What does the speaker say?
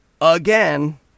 again